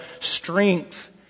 strength